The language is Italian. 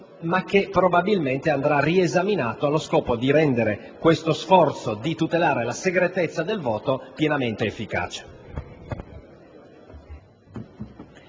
anche se la materia andrà riesaminata allo scopo di rendere lo sforzo di tutela della segretezza del voto pienamente efficace.